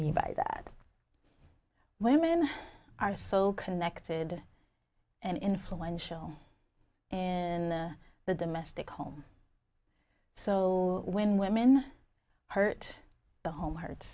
mean by that women are so connected and influential and the domestic home so when women hurt the home